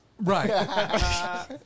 Right